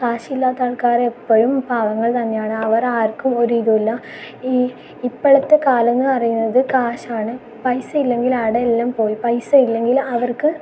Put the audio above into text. കാശില്ലാത്ത ആൾക്കാർ എപ്പോഴും പാവങ്ങൾ തന്നെയാണ് അവർ ആർക്കും ഒരു ഇതുമില്ല ഇപ്പോഴത്തെ കാലം എന്ന് പറയുന്നത് കാശാണ് പൈസ ഇല്ലെങ്കിൽ അവിടെ എല്ലാം പോയി പൈസ ഇല്ലെങ്കിൽ അവർക്ക്